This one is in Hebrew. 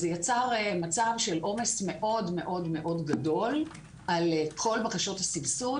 זה יצר מצב של עומס מאוד מאוד מאוד גדול על כל בקשות הסבסוד.